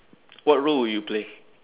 what role will you play